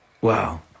Wow